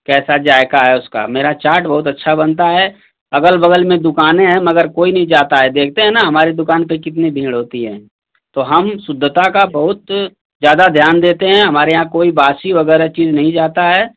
कैसा जायका है उसका मेरा चाट बहुत अच्छा बनता है अगल बगल में दुकाने हैं मगर कोई नहीं जाता है देखते हैं ना हमारी दुकान पर कितनी भीड़ होती है तो हम शुद्धता का बहुत ज्यादा ध्यान देते हैं हमारे यहाँ कोई बासी वगैरह चीज नहीं जाता है